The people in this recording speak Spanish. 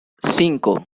cinco